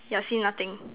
ya see nothing